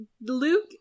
Luke